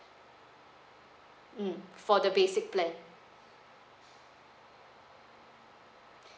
mm for the basic plan